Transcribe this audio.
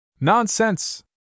Nonsense